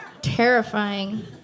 terrifying